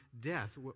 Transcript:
death